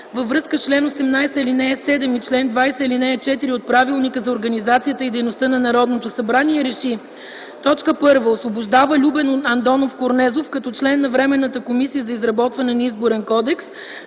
във връзка с чл. 18, ал. 7 и чл. 20, ал. 4 от Правилника за организацията и дейността на Народното събрание реши: 1. Освобождава Любен Андонов Корнезов като член на Временната комисия за изработване на Изборен кодекс.